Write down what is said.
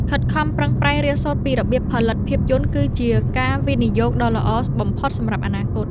ខិតខំប្រឹងប្រែងរៀនសូត្រពីរបៀបផលិតភាពយន្តគឺជាការវិនិយោគដ៏ល្អបំផុតសម្រាប់អនាគត។